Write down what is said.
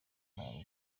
ntabwo